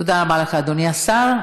תודה רבה לך, אדוני השר.